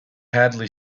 hadley